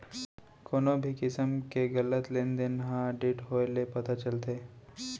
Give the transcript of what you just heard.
कोनो भी किसम के गलत लेन देन ह आडिट होए ले पता चलथे